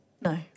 No